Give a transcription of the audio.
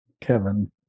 Kevin